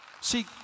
See